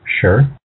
Sure